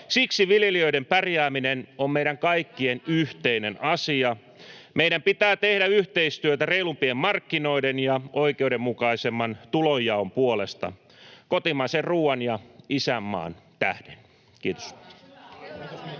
Siksi viljelijöiden pärjääminen on meidän kaikkien yhteinen asia. Meidän pitää tehdä yhteistyötä reilumpien markkinoiden ja oikeudenmukaisemman tulonjaon puolesta. Kotimaisen ruuan ja isänmaan tähden. — Kiitos.